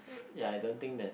ya I don't think there's